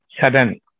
Sudden